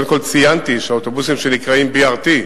ציינתי שאוטובוסים שנקראים BRT,